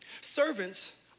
Servants